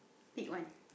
big one